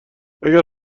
اگر